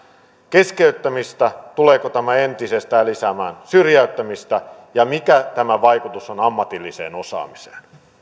keskeyttämistä tuleeko tämä entisestään lisäämään syrjäyttämistä ja mikä tämän vaikutus on ammatilliseen osaamiseen